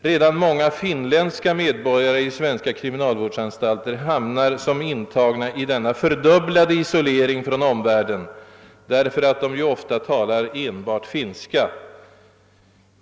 Redan många finländska medborgare i svenska kriminalvårdsanstalter hamnar som intagna i denna fördubblade isolering från omvärlden därför att de ofta talar enbart finska.